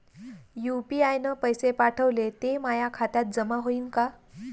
UPI न पैसे पाठवले, ते माया खात्यात जमा होईन का?